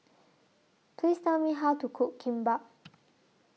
Please Tell Me How to Cook Kimbap